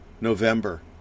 November